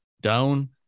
down